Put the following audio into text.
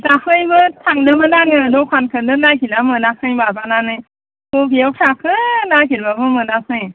दाखालैबो थांदोंमोन आङो दखानखौनो नागिरनानै मोनाखै माबानानै बबेयाव थाखो नागिरबाबो मोनाखै